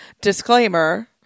Disclaimer